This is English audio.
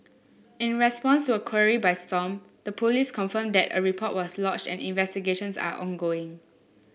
in response to a query by Stomp the police confirmed that a report was lodged and investigations are ongoing